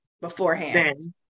beforehand